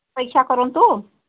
ଅପେକ୍ଷା କରନ୍ତୁ